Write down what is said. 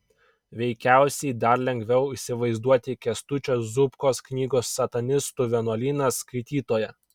veikiausiai dar lengviau įsivaizduoti kęstučio zubkos knygos satanistų vienuolynas skaitytoją